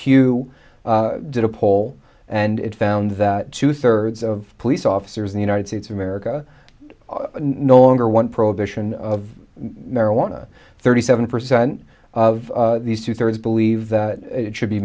pew did a poll and it found that two thirds of police officers in the united states america no longer one prohibition of marijuana thirty seven percent of these two thirds believe that it should be